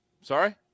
Sorry